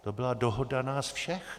To byla dohoda nás všech.